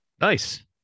Nice